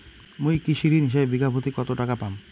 মুই কৃষি ঋণ হিসাবে বিঘা প্রতি কতো টাকা পাম?